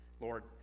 Lord